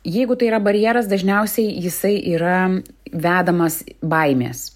jeigu tai yra barjeras dažniausiai jisai yra vedamas baimės